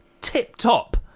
tip-top